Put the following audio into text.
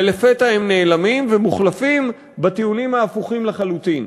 ולפתע הם נעלמים ומוחלפים בטיעונים ההפוכים לחלוטין.